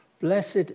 Blessed